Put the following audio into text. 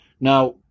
Now